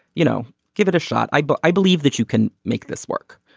you know, give it a shot. i. but i believe that you can make this work.